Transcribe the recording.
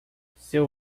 seu